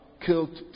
killed